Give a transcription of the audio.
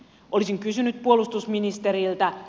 olisin kysynyt puolustusministeriltä